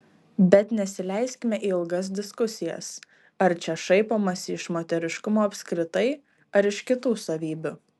bet nesileiskime į ilgas diskusijas ar čia šaipomasi iš moteriškumo apskritai ar iš kitų savybių